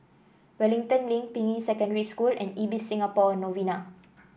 Wellington Link Ping Yi Secondary School and Ibis Singapore Novena